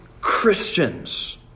Christians